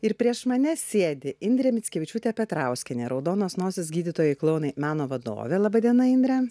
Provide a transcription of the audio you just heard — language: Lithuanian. ir prieš mane sėdi indrė mickevičiūtė petrauskienė raudonos nosys gydytojai klounai meno vadovė laba diena indre